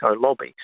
lobby